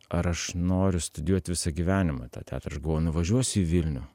ar aš noriu studijuot visą gyvenimą tą teatrą aš galvojau nuvažiuos į vilnių